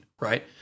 right